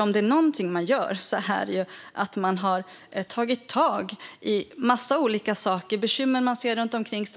Om det är någonting de har gjort är det att de har tagit tag i en mängd olika saker. Det handlar om bekymmer som människor ser runt omkring sig.